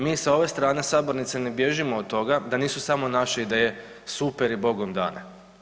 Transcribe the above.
Mi sa ove strane sabornice ne bježimo od toga da nisu samo naše ideje super i Bogom dane.